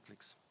Netflix